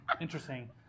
Interesting